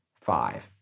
five